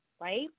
right